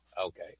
Okay